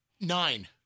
Nine